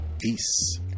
peace